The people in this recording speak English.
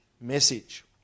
message